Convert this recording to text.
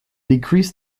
decrease